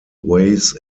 ways